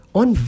on